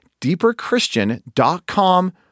deeperchristian.com